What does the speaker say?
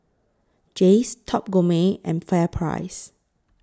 Jays Top Gourmet and FairPrice